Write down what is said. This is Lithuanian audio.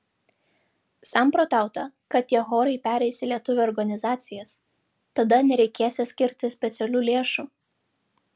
samprotauta kad tie chorai pereis į lietuvių organizacijas tada nereikėsią skirti specialių lėšų